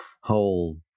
whole